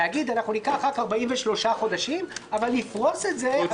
לומר: ניקח רק 43 חודשים אבל נפרוס את זה.